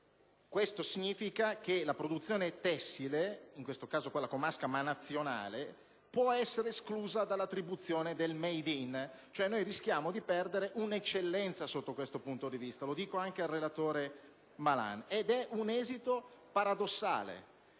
Questo significa che la produzione tessile, in questo caso quella comasca ma anche nazionale, può essere esclusa dall'attribuzione del «*made in*»*.* Rischiamo di perdere un'eccellenza, sotto questo punto di vista - lo dico anche al relatore Malan - ed è un esito paradossale